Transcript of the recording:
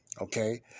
Okay